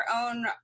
own